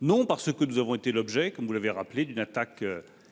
Non ! D'abord, nous avons été l'objet, comme vous l'avez rappelé, d'une